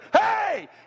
Hey